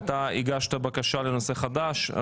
אתה הגשת בקשה לנושא חדש,